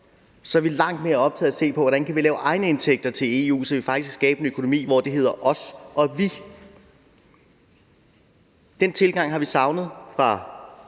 så er vi langt mere optaget af at se på, hvordan vi kan lave egenindtægter til EU, så vi faktisk kan skabe en økonomi, hvor det hedder os og vi. Den tilgang har vi savnet i